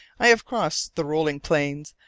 i have crossed the rolling plains,